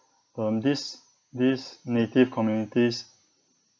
um these these native communities